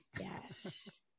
Yes